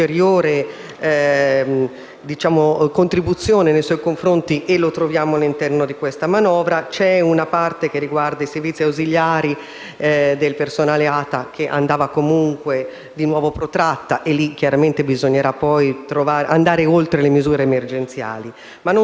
contribuzione nei suoi confronti e la troviamo all'interno di questa manovra. C'è una parte che riguarda i servizi ausiliari del personale ATA, che andava comunque ancora una volta protratta, e su quel versante bisogna andare oltre le misure emergenziali. Tra le misure